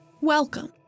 Welcome